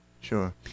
sure